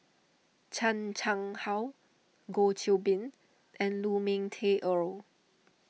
Chan Chang How Goh Qiu Bin and Lu Ming Teh Earl